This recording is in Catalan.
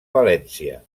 valència